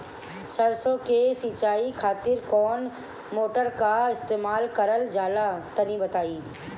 सरसो के सिंचाई खातिर कौन मोटर का इस्तेमाल करल जाला तनि बताई?